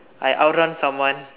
I outrun someone